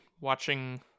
Watching